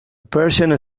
persian